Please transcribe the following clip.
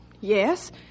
Yes